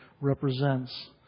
represents